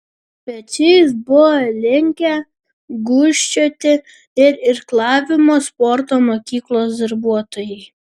pečiais buvo linkę gūžčioti ir irklavimo sporto mokyklos darbuotojai